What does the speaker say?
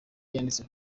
yanditse